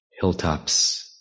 hilltops